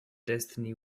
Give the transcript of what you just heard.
destiny